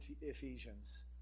Ephesians